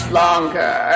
longer